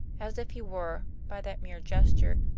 as if he were, by that mere gesture,